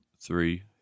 three